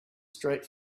straight